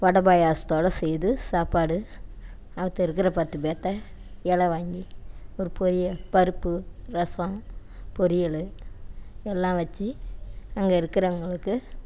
வடை பாயாசத்தோட செய்து சாப்பாடு அவத்த இருக்கிற பத்து பேத்த இல வாங்கி ஒரு பொரியல் பருப்பு ரசம் பொரியல் எல்லாம் வச்சு அங்கே இருக்கிறவங்களுக்கு